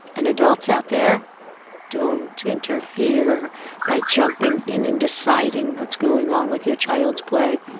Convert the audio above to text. and adults out there don't interfere by jumping in and deciding what's going on with your child's play.